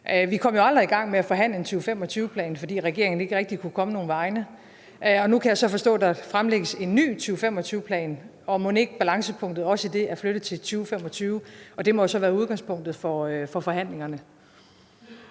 Vi kom jo aldrig i gang med at forhandle en 2025-plan, fordi regeringen ikke rigtig kunne komme nogen vegne. Nu kan jeg så forstå, at der fremlægges en ny 2025-plan, og mon ikke balancepunktet også i den er flyttet til 2025? Det må jo så være udgangspunktet for forhandlingerne.